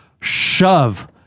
shove